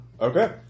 Okay